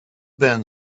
been